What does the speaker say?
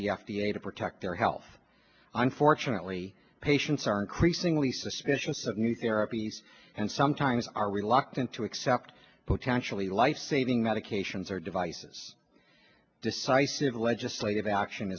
the f d a to protect their health and fortunately patients are increasingly suspicious of new therapies and sometimes are reluctant to accept potentially lifesaving medications or devices decisive legislative action